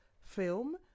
film